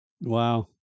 Wow